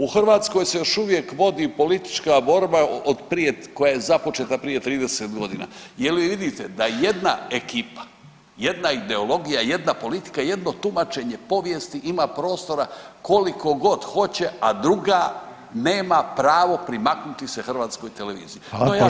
U Hrvatskoj se još uvijek vodi politička borba od prije koja je započeta prije 30 godina, jel vi vidite da jedna ekipa, jedna ideologija, jedna politika, jedno tumačenje povijesti ima prostora koliko god hoće, a druga nema pravo primaknuti se hrvatskoj televiziji.